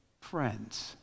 friends